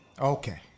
Okay